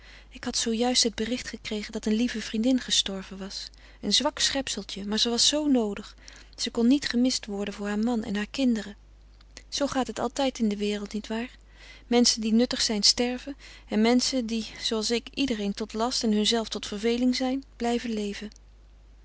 ik had zoo juist het bericht gekregen dat een lieve vriendin gestorven was een zwak schepseltje maar ze was zoo noodig ze kon niet gemist worden door haar man en hare kinderen zoo gaat het altijd in de wereld niet waar menschen die nuttig zijn sterven en menschen die zooals ik iedereen tot last en hunzelve tot verveling zijn blijven leven